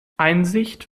einsicht